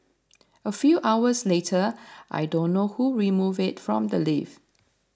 a few hours later I don't know who removed it from the lift